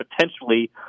potentially